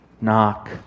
Knock